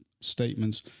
statements